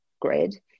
grid